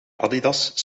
adidas